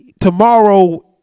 Tomorrow